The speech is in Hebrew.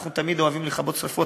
אנחנו תמיד אוהבים לכבות שרפות,